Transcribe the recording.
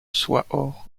soit